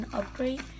upgrade